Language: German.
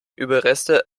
überreste